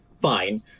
fine